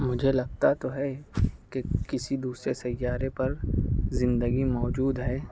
مجھے لگتا تو ہے کہ کسی دوسرے سیارے پر زندگی موجود ہے